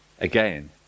Again